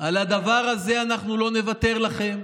על הדבר הזה אנחנו לא נוותר לכם,